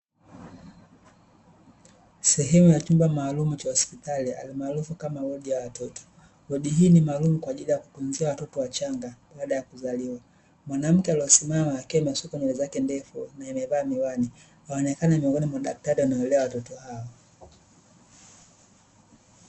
Sehemu ya chumba maalumu cha hospitali almaarufu kama wodi ya watoto. Wodi hii ni maalumu kwa ajili ya kutunzia watoto wachanga, baada ya kuzaliwa. Mwanamke aliyesimama akiwa amesuka nywele zake ndefu na amevaa miwani, anaonekana ni miongoni mwa madaktari wanaowalea watoto hao.